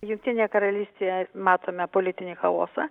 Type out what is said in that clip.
jungtinėje karalystėje matome politinį chaosą